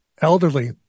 elderly